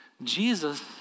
Jesus